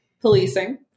policing